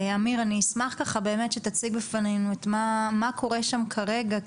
אמיר אני אשמח ככה באמת שתציג בפנינו את מה שקורה שם כרגע,